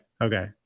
okay